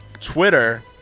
Twitter